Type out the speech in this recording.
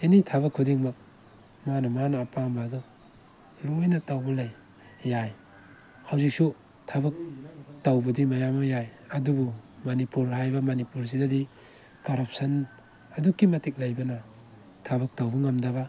ꯑꯦꯅꯤ ꯊꯕꯛ ꯈꯨꯗꯤꯡꯃꯛ ꯃꯥꯅ ꯃꯥꯅ ꯑꯄꯥꯝꯕ ꯑꯗꯣ ꯂꯣꯏꯅ ꯇꯧꯕ ꯂꯩ ꯌꯥꯏ ꯍꯧꯖꯤꯛꯁꯨ ꯊꯕꯛ ꯇꯧꯕꯗꯤ ꯃꯌꯥꯝ ꯑꯃ ꯌꯥꯏ ꯑꯗꯨꯕꯨ ꯃꯅꯤꯄꯨꯔ ꯍꯥꯏꯕ ꯃꯅꯤꯄꯨꯔꯁꯤꯗꯗꯤ ꯀꯔꯞꯁꯟ ꯑꯗꯨꯛꯀꯤ ꯃꯇꯤꯛ ꯂꯩꯕꯅ ꯊꯕꯛ ꯇꯧꯕ ꯉꯝꯗꯕ